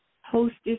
hostess